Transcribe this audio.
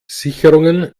sicherungen